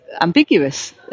Ambiguous